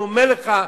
אני אומר לך,